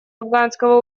афганского